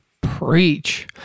Preach